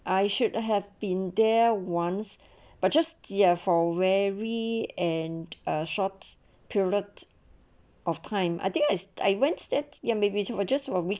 I should have been there once but just ya for very and ah short period of time I think as I went that ya maybe it just for a week